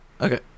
okay